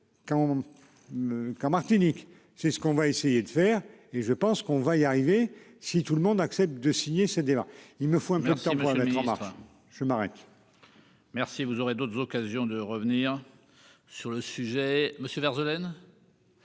qu'en Martinique. C'est ce qu'on va essayer de faire et je pense qu'on va y arriver si tout le monde accepte de signer ce débat, il me faut un moi le marin, je m'arrête.-- Merci, vous aurez d'autres occasions de revenir sur le sujet. Monsieur vers